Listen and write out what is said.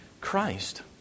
Christ